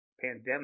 pandemic